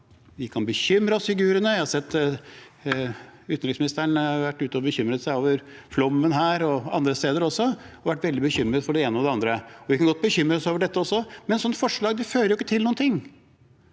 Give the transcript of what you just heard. Vi kan bekymre oss for uigurene. Jeg har sett at utenriksministeren har vært ute og bekymret seg over flommen her og andre steder, og har vært veldig bekymret for det ene og det andre. Vi kan godt bekymre oss over dette også, men et sånt forslag fører ikke til noen ting